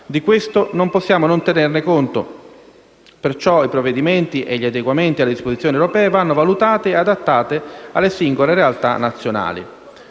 Di questo non possiamo non tenerne conto, perciò i provvedimenti e gli adeguamenti alle disposizioni europee devono essere valutati e adattati a singole realtà nazionali.